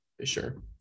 sure